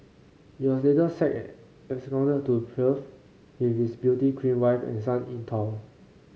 he was later sacked and absconded to Perth with his beauty queen wife and son in tow